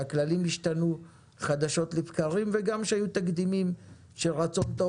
שהכללים השתנו חדשות לבקרים וגם שהיו תקדימים של רצון טוב